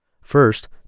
First